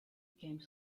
came